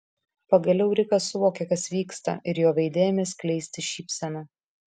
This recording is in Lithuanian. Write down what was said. pagaliau rikas suvokė kas vyksta ir jo veide ėmė skleistis šypsena